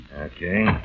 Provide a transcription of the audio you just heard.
Okay